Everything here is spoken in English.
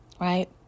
Right